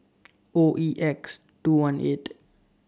O E X two one eight